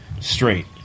straight